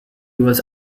was